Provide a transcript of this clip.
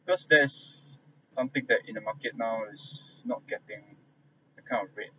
because that is something that in the market now is not getting the kind of rate